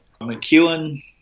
McEwen